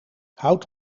hout